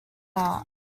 art